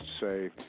say